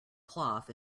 cloth